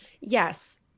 Yes